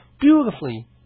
Beautifully